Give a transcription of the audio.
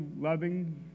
loving